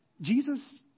Jesus